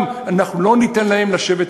לא ניתן להם לשבת.